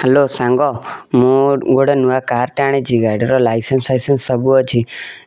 hello ସାଙ୍ଗ ମୁଁ ଗୋଟେ ନୂଆ କାର୍ଟେ ଆଣିଛି ଗାଡ଼ିର ଲାଇସେନ୍ସ୍ ଫାଇସେନ୍ସ୍ ସବୁ ଅଛି